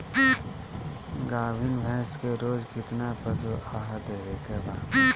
गाभीन भैंस के रोज कितना पशु आहार देवे के बा?